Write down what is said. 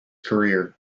career